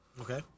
Okay